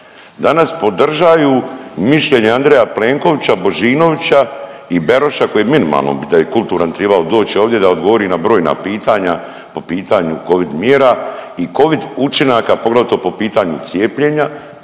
danas podržaju mišljenje Andreja Plenkovića, Božinovića i Beroša koji bi minimalno bi da je kulturan tribao doć ovdje da odgovori na brojna pitanja po pitanju covid mjera i covid učinaka poglavito po pitanju cijepljenja,